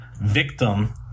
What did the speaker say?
victim